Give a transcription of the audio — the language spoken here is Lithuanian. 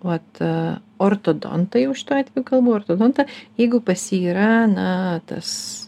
vat ortodontą jau šituo atveju kalbų ortodontą jeigu pas jį yra na tas